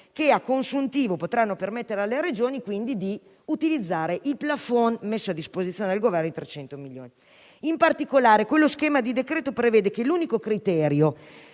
che, a consuntivo, potranno permettere alle Regioni, quindi, di utilizzare il *plafond* messo a disposizione dal Governo di 300 milioni. In particolare, quello schema di decreto prevede che l'unico criterio